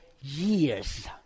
years